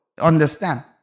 understand